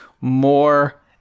more